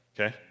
Okay